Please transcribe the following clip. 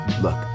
look